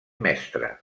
mestre